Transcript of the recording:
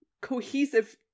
cohesive